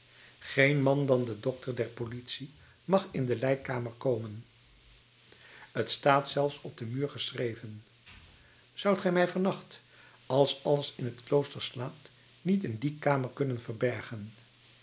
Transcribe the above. geen man dan de dokter der politie mag in de lijkkamer komen t staat zelfs op den muur geschreven zoudt ge mij van nacht als alles in t klooster slaapt niet in die kamer kunnen verbergen